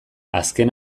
azken